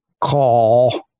call